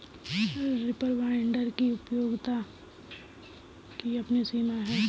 reaper binder की उपयोगिता की अपनी सीमा है